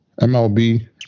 MLB